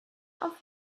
off